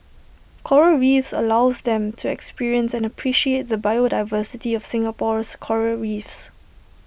Coral reefs allows them to experience and appreciate the biodiversity of Singapore's Coral reefs